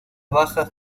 bajas